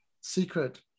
secret